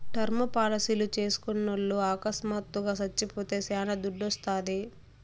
term పాలసీలు చేస్కున్నోల్లు అకస్మాత్తుగా సచ్చిపోతే శానా దుడ్డోస్తాది